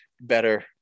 better